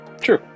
True